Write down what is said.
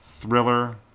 thriller